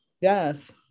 Yes